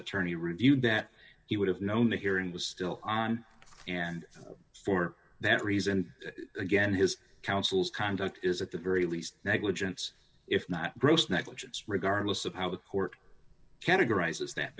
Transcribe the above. attorney reviewed that he would have known the hearing was still on and for that reason again his counsel's conduct is at the very least negligence if not gross negligence regardless of how the court categorized as that